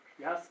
yes